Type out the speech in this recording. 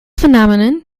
phenomenon